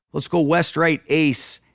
let's go west right ace,